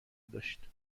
داشت